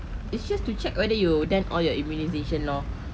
is just to check whether you done your immunisation lor